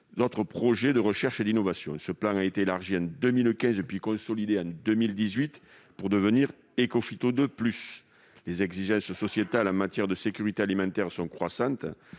autres projets de recherche et d'innovation. Ce plan a été élargi à 2015, puis consolidé en 2018 pour devenir Écophyto II+. Les exigences sociétales en matière de sécurité alimentaire sont croissantes.